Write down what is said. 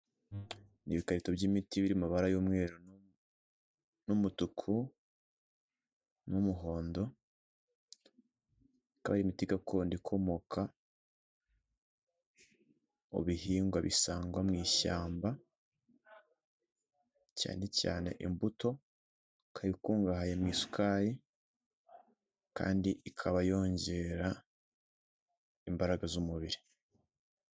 Ni ibikarito by'imiti biri mabara y'umweru n'umutuku n'umuhondo, akaba ari imiti gakondo ikomoka mu bihingwa bisangwa mu ishyamba cyane cyane imbuto ikaba ikungahaye mu isukari kandi ikaba yongera imbaraga z'umubiri.